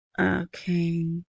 Okay